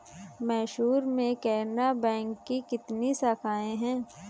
मैसूर में केनरा बैंक की कितनी शाखाएँ है?